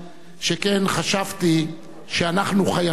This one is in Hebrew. שכן חשבתי שאנחנו חייבים לך,